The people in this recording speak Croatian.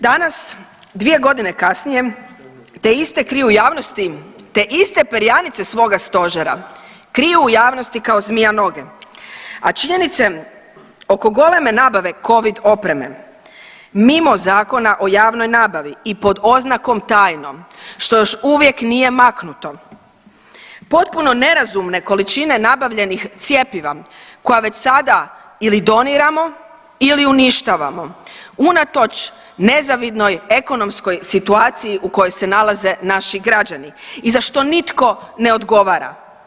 Danas, 2 godine kasnije te iste kriju javnosti, te iste perjanice svoga stožera kriju u javnosti kao zmija noge, a činjenice oko goleme nabave Covid opreme mimo Zakona o javnoj nabavi i pod oznakom tajno što još uvijek nije maknuto, potpuno nerazumne količine nabavljenih cjepiva koja već sada ili doniramo ili uništavamo unatoč nezavidnoj ekonomskoj situaciji u kojoj se nalaze naši građani i za što nitko ne odgovara.